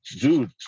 dude